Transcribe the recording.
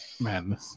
Man